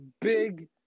big